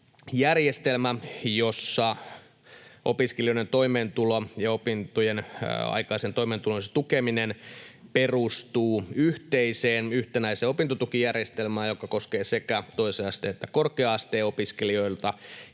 järjestelmä, jossa opiskelijoiden toimeentulo ja opintojen aikaisen toimeentulon tukeminen perustuvat yhteiseen yhtenäiseen opintotukijärjestelmään, joka koskee sekä toisen asteen että korkea-asteen opiskelijoita.